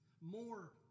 more